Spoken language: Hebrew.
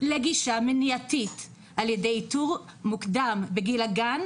לגישה מניעתית על ידי איתור מוקדם בגיל הגן,